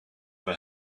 for